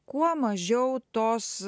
kuo mažiau tos